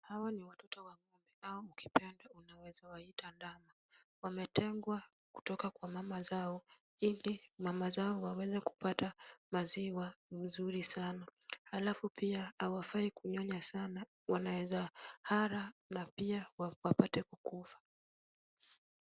Hawa ni watoto wa ng'ombe au ukipenda unaweza waita ndama. Wametengwa kutoka kwa mama zao, ili mama zao waweze kupata maziwa mzuri sana. Alafu pia hawafai kunyonya sana, wanaweza hara na pia wapate kukufa.